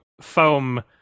foam